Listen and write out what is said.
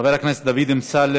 חבר הכנסת דוד אמסלם,